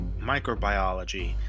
microbiology